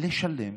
לשלם